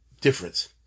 difference